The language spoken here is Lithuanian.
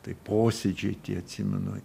tai posėdžiai tie atsimenu